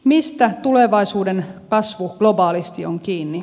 mistä tulevaisuuden kasvu globaalisti on kiinni